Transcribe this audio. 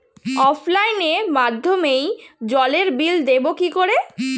অফলাইনে মাধ্যমেই জলের বিল দেবো কি করে?